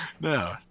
No